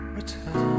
return